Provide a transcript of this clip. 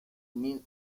mil